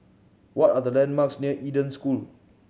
what are the landmarks near Eden School